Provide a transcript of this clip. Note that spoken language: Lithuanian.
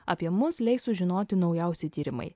apie mus leis sužinoti naujausi tyrimai